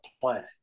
planet